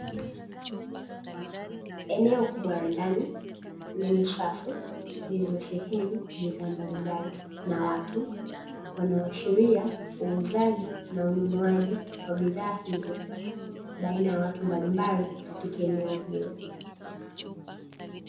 Eneo kubwa la ndani lenye safu zilizosheheni bidhaa mbalimbali na watu, wanaoashiria uuzaji na ununuaji wa bidhaa hizo baina ya watu mbalimbali katika eneo hilo.